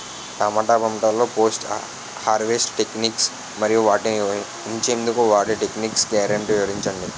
టమాటా పంటలో post harvest techniques మరియు వాటిని ఉంచెందుకు వాడే టెక్నిక్స్ గ్యారంటీ వివరించండి?